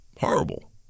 Horrible